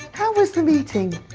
how was the meeting?